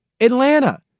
Atlanta